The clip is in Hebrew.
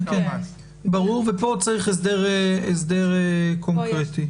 פה צריך הסדר קונקרטי.